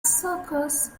circus